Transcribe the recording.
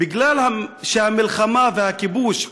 בגלל המלחמה והכיבוש,